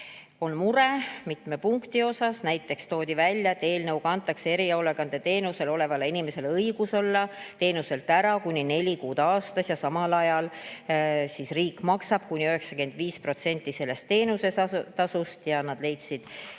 on mure mitme punkti pärast. Näiteks toodi välja, et eelnõuga antakse erihoolekandeteenusel olevale inimesele õigus olla teenuselt ära kuni neli kuud aastas ja samal ajal riik maksab kuni 95% sellest teenuse tasust. Eesti